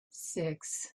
six